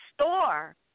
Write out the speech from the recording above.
store